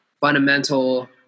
fundamental